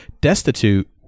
destitute